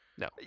No